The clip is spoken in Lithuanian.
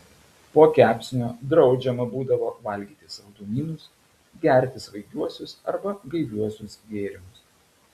po kepsnio draudžiama būdavo valgyti saldumynus gerti svaigiuosius arba gaiviuosius gėrimus